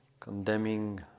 Condemning